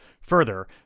Further